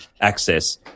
access